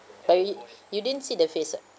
oh really you didn't see the face ah